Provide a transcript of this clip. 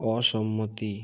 অসম্মতি